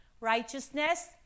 righteousness